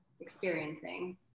experiencing